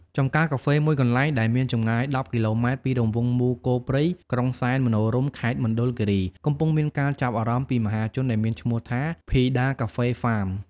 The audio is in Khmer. ចម្ការកាហ្វេមួយកន្លែងដែលមានចម្ងាយ១០គីឡូម៉ែត្រពីរង្វង់មូលគោព្រៃ ក្រុងសែនមនោរម្យ ខេត្តមណ្ឌលគិរី កំពុងមានការចាប់អារម្មណ៍ពីមហាជន ដែលមានឈ្មោះថា ភីដាកាហ្វេហ្វាម។